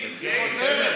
בסדר,